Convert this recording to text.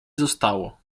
zostało